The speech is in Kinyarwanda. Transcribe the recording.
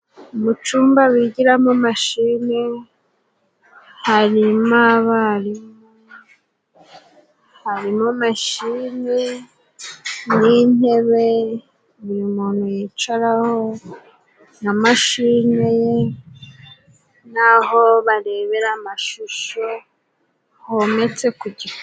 Mu cumba bigiramo mashini harimo abarimu, harimo mashine n'intebe buri muntu yicaraho na mashine ye, n'aho barebera amashusho hometse ku gi.